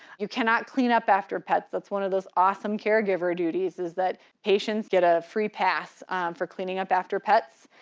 you cannot clean up after pets. that's one of those awesome caregiver duties is that, patients get a free pass for cleaning up after pets.